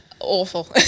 awful